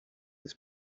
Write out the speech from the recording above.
its